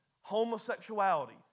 homosexuality